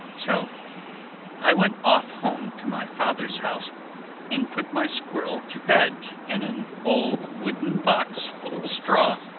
so i went off home to my father's house and put my squirrel to bed in an old wooden box full of straw.